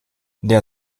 der